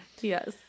Yes